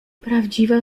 prawdziwa